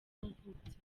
yavutse